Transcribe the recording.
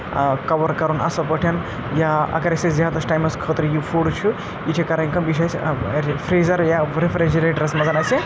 cover کَرُن اَصٕل پٲٹھۍ یا اَگَر اَسہِ زیادَس ٹایمَس خٲطرٕ یہِ فُڈ چھُ یہِ چھِ کَرٕنۍ کٲم یہِ چھِ اَسہِ فرٛیٖزَر یا رٮ۪فِرٛجریٹَرَس منٛز اَسہِ